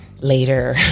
Later